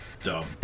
dumb